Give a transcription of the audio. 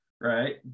right